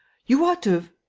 you ought to have.